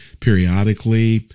periodically